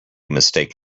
mistake